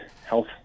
health